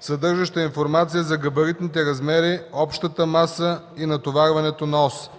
съдържаща информация за габаритните размери, общата маса и натоварването на ос.”